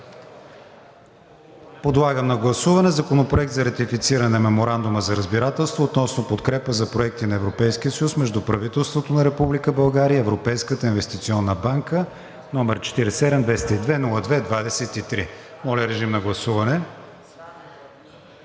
Подлагам на гласуване Законопроект за ратифициране на Меморандума за разбирателство относно подкрепа за проекти на Европейския съюз между правителството на Република България и Европейската инвестиционна банка, № 47-202-02-23, внесен